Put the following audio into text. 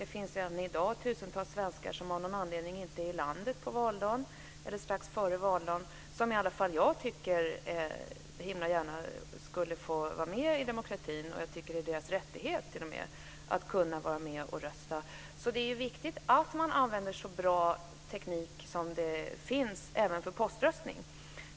Det finns redan i dag tusentals svenskar som av någon anledning inte är i landet på valdagen eller strax före valdagen, som i alla fall jag tycker borde omfattas av demokratin. Jag tycker t.o.m. att det är deras rättighet att rösta. Det är viktigt att man använder så bra teknik som finns även för poströstning.